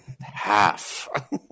Half